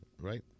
right